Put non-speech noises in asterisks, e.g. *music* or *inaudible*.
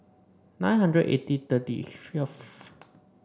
nine hundred eighty thirty *unintelligible*